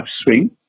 upswing